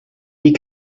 die